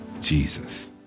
Jesus